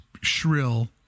shrill